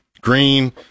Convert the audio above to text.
Green